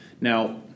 Now